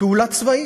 פעולה צבאית.